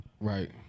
Right